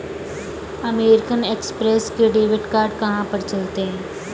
American Express के debit card कहाँ पर चलते हैं?